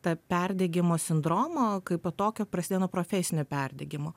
ta perdegimo sindromą kai po tokio prasidėjo profesinio perdegimo